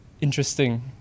interesting